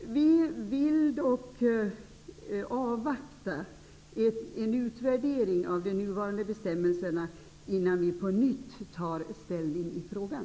Vi vill dock avvakta en utvärdering av de nuvarande bestämmelserna innan vi på nytt tar ställning i frågan.